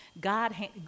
God